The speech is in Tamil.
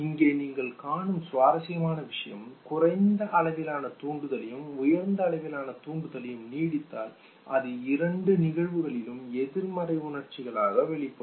இங்கே நீங்கள் காணும் சுவாரஸ்யமான விஷயம் குறைந்த அளவிலான தூண்டுதலையும் உயர்ந்த அளவிலான தூண்டுதலையும் நீடித்தால் அது இரண்டு நிகழ்வுகளிலும் எதிர்மறை உணர்ச்சிகளாக வெளிப்படும்